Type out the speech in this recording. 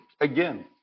Again